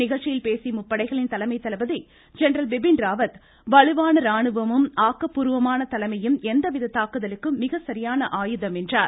நிகழ்ச்சியில் பேசிய முப்படைகளின் தலைமை தளபதி ஜெனரல் பிபின் ராவத் வலுவான ராணுவமும் ஆக்கப்பூர்வமான தலைமையும் எந்த வித தாக்குதலுக்கும் மிகச்சரியான ஆயுதம் என்றார்